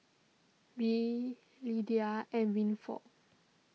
Reed Lidia and Winford